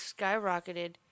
skyrocketed